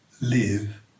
live